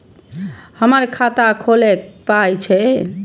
हमर खाता खौलैक पाय छै